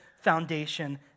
foundation